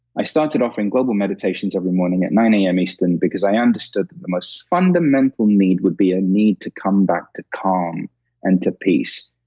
i started off doing global meditations every morning at nine a m. est and because i understood that the most fundamental need would be a need to come back to calm and to peace.